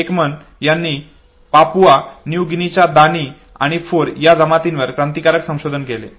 Ekman यांनी Papua New गिनीच्या Dani आणि फोर या जमातींवर क्रांतिकारक संशोधन केले